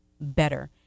better